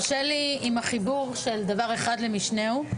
קשה לי עם החיבור של דבר אחד למשנהו.